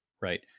Right